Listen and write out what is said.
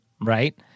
right